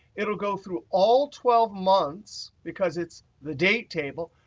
it will go through all twelve months, because it's the date table,